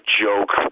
joke